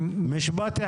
שלום,